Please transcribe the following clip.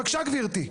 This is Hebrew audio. בבקשה גברתי.